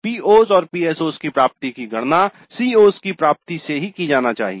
PO's और PSO's की प्राप्ति की गणना CO's की प्राप्ति से की जानी चाहिए